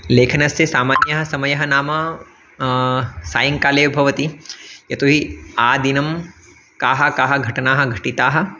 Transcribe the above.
लेखनस्य सामान्यः समयः नाम सायङ्काले भवति यतो हि आदिनं काः काः घटनाः घटिताः